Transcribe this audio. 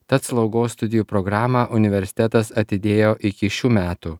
tad slaugos studijų programą universitetas atidėjo iki šių metų